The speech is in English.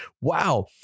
wow